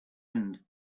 end